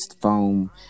foam